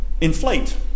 inflate